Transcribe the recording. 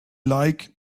like